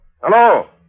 Hello